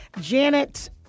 Janet